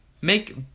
make